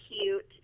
cute